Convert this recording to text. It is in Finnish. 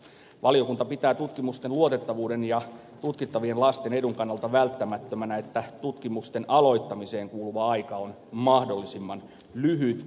valiokunta pitää tutkimusten luotettavuuden ja tutkittavien lasten edun kannalta välttämättömänä että tutkimusten aloittamiseen kuuluva aika on mahdollisimman lyhyt